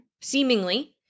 seemingly